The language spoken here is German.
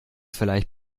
vielleicht